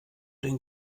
den